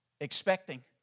expecting